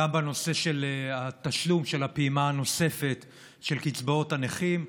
גם בנושא של התשלום של הפעימה הנוספת של קצבאות הנכים,